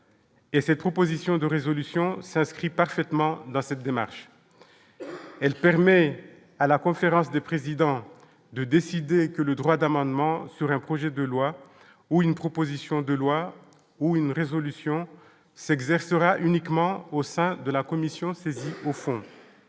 et cette proposition de résolution s'inscrit parfaitement dans cette démarche, elle permet à la conférence des présidents de décider que le droit d'amendement sur un projet de loi ou une proposition de loi ou une résolution s'exercera uniquement au sein de la commission, saisie au fond,